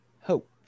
hope